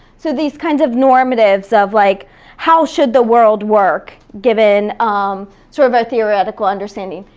so these kinds of normatives of like how should the world work given um sort of a theoretical understanding.